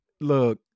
Look